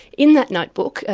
in that notebook,